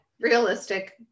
realistic